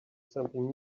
something